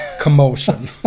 commotion